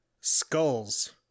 skulls